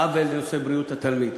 עוול לנושא בריאות התלמיד.